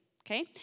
okay